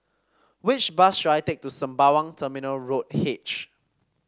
which bus should I take to Sembawang Terminal Road H